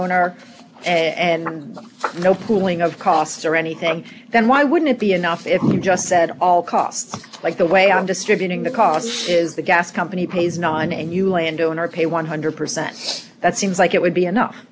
owner and no pooling of costs or anything then why wouldn't it be enough if you just said all costs like the way i'm distributing the costs is the gas company pays nine dollars and you land owner pay one hundred percent that seems like it would be enough